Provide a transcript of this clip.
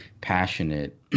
passionate